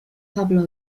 pablo